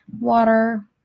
water